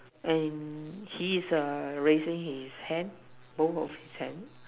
and he is a raising his hand both of his hand